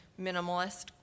minimalist